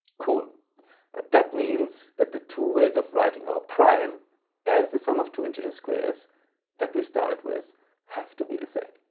cool. but that means that the two ways of writing our prime as the sum of two integer squares that we started with have to be the same.